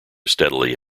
steadily